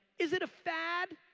is it a fad?